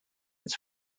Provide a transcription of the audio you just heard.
its